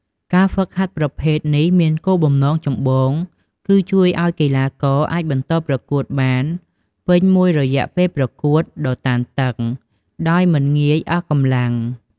ការហ្វឹកហាត់ប្រភេទនេះមានគោលបំណងចម្បងគឺជួយឲ្យកីឡាករអាចបន្តប្រកួតបានពេញមួយរយៈពេលប្រកួតដ៏តានតឹង ដោយមិនងាយអស់កម្លាំង។